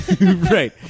Right